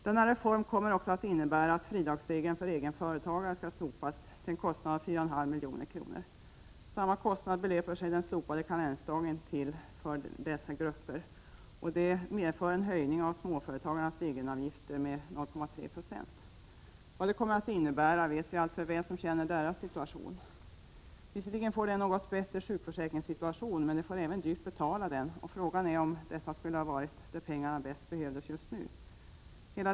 Denna reform kommer också att innebära att fridagsregeln för egenföretagare slopas till en kostnad av 4,5 milj.kr. Till samma kostnad belöper sig den slopade karensdagen för dessa grupper, och det medför en höjning av småföretagarnas egenavgifter med 0,3 20. Vad det kommer att innebära vet vi alltför väl, vi som känner deras situation. Visserligen får de en något bättre sjukförsäkringssituation, men de får även dyrt betala den, och frågan är om det är där pengarna bäst behövs just nu.